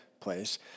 place